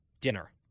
dinner